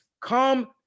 Come